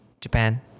Japan